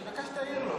אני מבקש שתעיר לו.